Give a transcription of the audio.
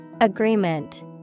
Agreement